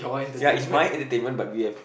ya is my entertainment but we have